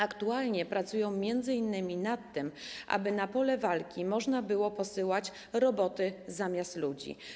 Aktualnie pracują m.in. nad tym, aby na pole walki można było posyłać roboty zamiast ludzi.